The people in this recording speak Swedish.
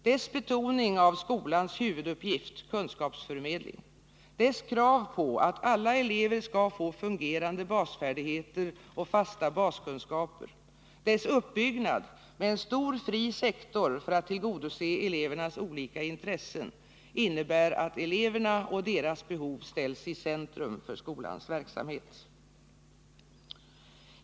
Dess betoning av skolans huvuduppgift — kunskapsförmedling — dess krav på att alla elever skall få fungerande basfärdigheter och fasta baskunskaper, dess uppbyggnad med en stor fri sektor för att tillgodose elevernas olika intressen innebär att eleverna och deras behov ställs i centrum för skolans verksamhet.